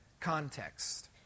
context